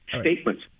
statements